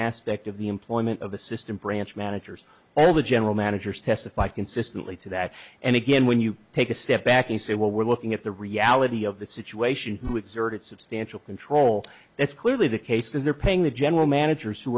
aspect of the employment of assistant branch managers all the general managers testify consistently to that and again when you take a step back and say well we're looking at the reality of the situation who exerted substantial control that's clearly the case that they're paying the general managers who